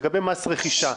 לגבי מס רכישה,